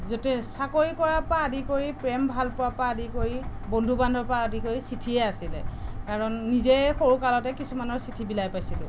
য'তেই চাকৰি কৰাৰপৰা আদি কৰি প্ৰেম ভালপোৱাৰপৰা আদি কৰি বন্ধু বান্ধৱৰপৰা আদি কৰি চিঠিয়ে আছিলে কাৰণ নিজেই সৰুকালতে কিছুমানৰ চিঠি বিলাই পাইছিলোঁ